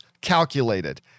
calculated